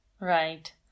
Right